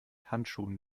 handschuhen